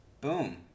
boom